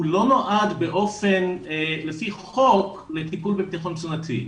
הוא לא נועד לפי חוק, לטיפול בבטחון תזונתי.